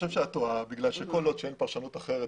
חושב שאת טועה כיוון שכל עוד שאין פרשנות אחרת,